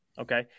Okay